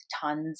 tons